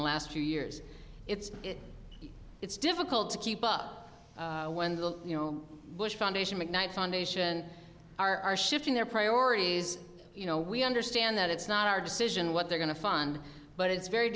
the last few years it's it's difficult to keep up when the you know bush foundation mcknight foundation are shifting their priorities you know we understand that it's not our decision what they're going to fund but it's very